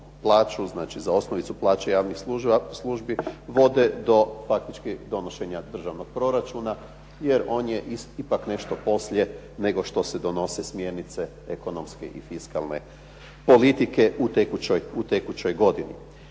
znači za osnovicu plaće javnih službi vode do faktički donošenja državnog proračuna jer on je ipak nešto poslije nego što se donose smjernice ekonomske i fiskalne politike u tekućoj godini.